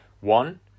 one